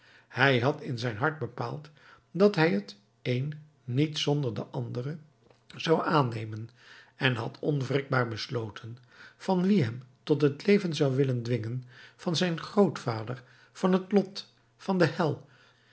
hij had in zijn hart bepaald dat hij het een niet zonder de andere zou aannemen en had onwrikbaar besloten van wie hem tot het leven zou willen dwingen van zijn grootvader van het lot van de hel